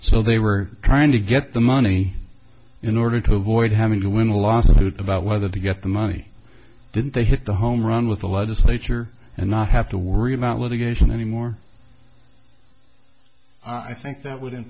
so they were trying to get the money in order to avoid having to win a lawsuit about whether to get the money didn't they hit the home run with the legislature and not have to worry about litigation any more i think that would in